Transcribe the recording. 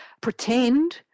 pretend